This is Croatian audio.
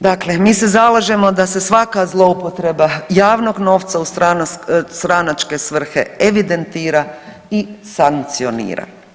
Dakle, mi se zalažemo da se svaka zloupotreba javnog novca u stranačke svrhe evidentira i sankcionira.